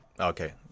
Okay